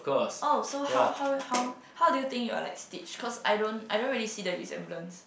oh so how how how how do you think you're like Stitch cause I don't I don't really see the resemblance